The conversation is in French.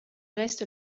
reste